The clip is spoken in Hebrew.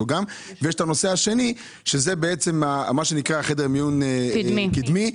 הנושא השני הוא מה שנקרא חדר מיון קדמי.